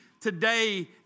today